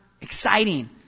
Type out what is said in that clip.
exciting